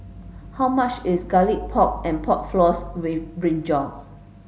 how much is garlic pork and pork floss with brinjal